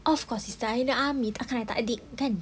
of course sister I in the army takdirkan